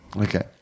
Okay